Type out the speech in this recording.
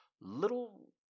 little